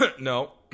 No